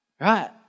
Right